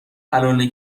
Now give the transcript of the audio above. الانه